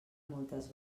moltes